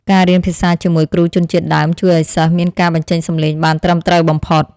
ការរៀនភាសាជាមួយគ្រូជនជាតិដើមជួយឱ្យសិស្សមានការបញ្ចេញសំឡេងបានត្រឹមត្រូវបំផុត។